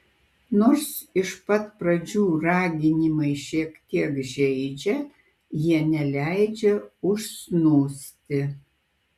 nors iš pat pradžių raginimai šiek tiek žeidžia jie neleidžia užsnūsti